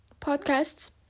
podcasts